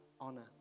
honor